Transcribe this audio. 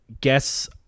guess